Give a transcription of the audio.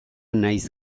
nahiz